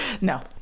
No